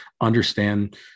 understand